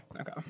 Okay